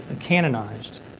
canonized